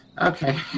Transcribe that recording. Okay